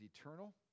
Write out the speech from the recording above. eternal